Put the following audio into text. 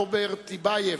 רוברט טיבייב,